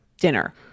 Dinner